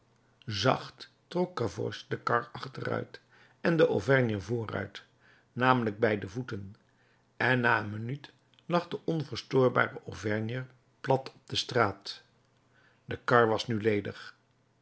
zacht trok gavroche de kar achteruit en den auvergner vooruit namelijk bij de voeten en na een minuut lag de onverstoorbare auvergner plat op de straat de kar was nu ledig